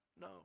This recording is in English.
no